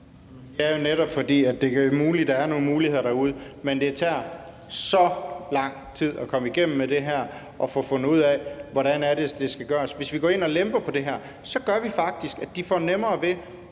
Det er jo muligt, at der er nogle muligheder derude, men det tager så lang tid at komme igennem med det her og få fundet ud af, hvordan det er, det skal gøres. Hvis vi går ind og lemper på det her, så gør vi faktisk, at de får nemmere ved